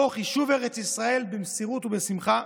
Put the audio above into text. תוך יישוב ארץ ישראל במסירות ובשמחה.